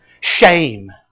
shame